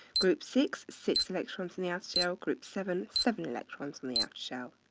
group six, six electrons in the outer shell, group seven, seven electrons in the outer shell.